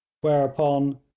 whereupon